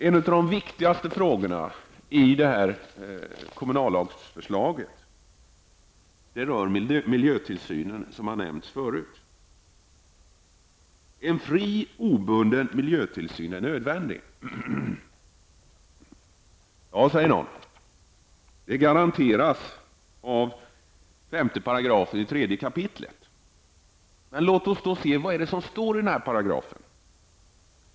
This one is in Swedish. En av de viktigaste frågorna i det här kommunallagsförslaget rör miljötillsynen, som har nämnts förut. En fri obunden miljötillsyn är nödvändig. Ja, säger någon, en sådan garanteras i 5 § 3 kap. kommunallagen. Men vad är det som står där?